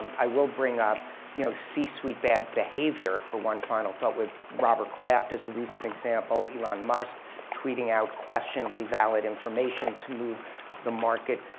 i will bring up you know c-suite bad behavior for one final thought. with robert kraft is a recent example, elon musk tweeting out questionably valid information to move the market.